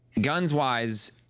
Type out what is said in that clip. Guns-wise